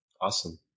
Awesome